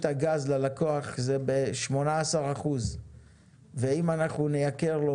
הגז ללקוח זה ב-18% ואם אנחנו נייקר לו,